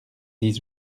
dix